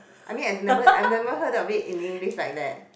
I mean I've never I never heard of it in English like that